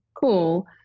cool